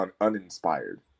uninspired